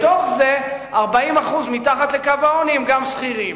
בתוך זה, 40% מתחת לקו העוני הם גם שכירים.